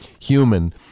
human